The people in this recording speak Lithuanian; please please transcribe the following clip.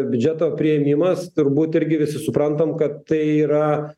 biudžeto priėmimas turbūt irgi visi suprantam kad tai yra